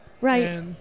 Right